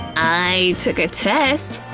i took a test!